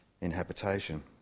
inhabitation